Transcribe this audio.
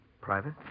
Private